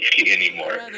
anymore